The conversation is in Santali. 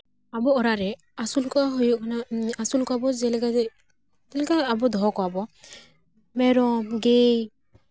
ᱟᱵᱚ ᱚᱲᱟᱜ ᱨᱮ ᱟᱹᱥᱩᱞ ᱠᱚ ᱦᱩᱭᱩᱜ ᱠᱟᱱᱟ ᱟᱹᱥᱩᱞ ᱠᱚᱣᱟᱵᱚᱱ ᱡᱮᱞᱮᱠᱟ ᱡᱮ ᱪᱮᱫ ᱞᱮᱠᱟ ᱟᱵᱚ ᱫᱚᱦᱚ ᱠᱚᱣᱟᱵᱚᱱ ᱢᱮᱨᱚᱢ ᱜᱟᱹᱭ